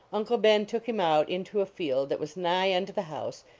uncle ben took him out into a field that was nigh unto the house,